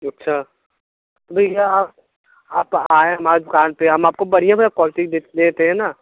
अच्छा भैया आप आए हमारे दुकान पर हम आपको बढ़िया बढ़िया क्वालटी दे देते हैं ना